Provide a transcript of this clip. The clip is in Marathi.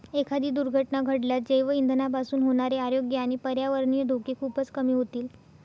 एखादी दुर्घटना घडल्यास जैवइंधनापासून होणारे आरोग्य आणि पर्यावरणीय धोके खूपच कमी होतील